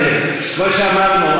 כמו שאמרנו,